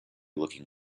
looking